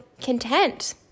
content